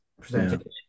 Presented